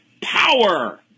power